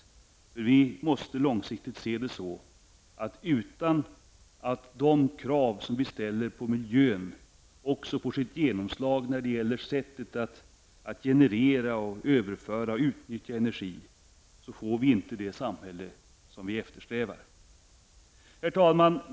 Vi måste långsiktigt se saken så, att utan att de krav som vi ställer på miljön också får genomslag när det gäller sättet att generera, överföra och utnyttja energi, får vi inte det samhälle som vi eftersträvar. Herr talman!